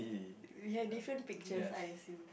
we have different pictures I assume